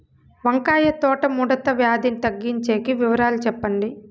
వంకాయ తోట ముడత వ్యాధి తగ్గించేకి వివరాలు చెప్పండి?